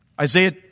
Isaiah